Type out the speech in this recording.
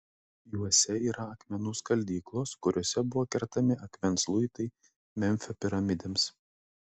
juose yra akmenų skaldyklos kuriose buvo kertami akmens luitai memfio piramidėms